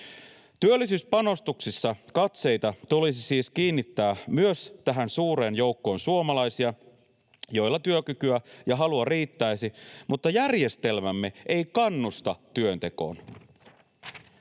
Työllisyyspanostuksissa katseita tulisi siis kiinnittää myös tähän suureen joukkoon suomalaisia, joilla työkykyä ja halua riittäisi mutta joita järjestelmämme ei kannusta työntekoon.